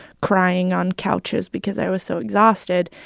crying on couches because i was so exhausted.